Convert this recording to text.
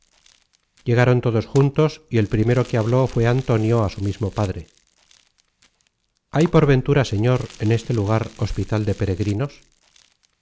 llegaron todos juntos y el primero que habló fué antonio á su mismo padre hay por ventura señor en este lugar hospital de peregrinos